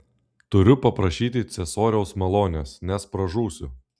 turiu paprašyti ciesoriaus malonės nes pražūsiu